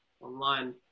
online